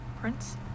Prince